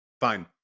Fine